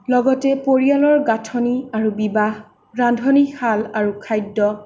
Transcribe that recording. লগতে পৰিয়ালৰ গাঁথনি আৰু বিবাহ ৰান্ধনীশাল আৰু খাদ্য